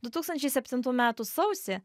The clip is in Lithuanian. du tūkstančiai septintų metų sausį